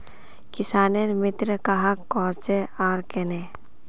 किसानेर मित्र कहाक कोहचे आर कन्हे?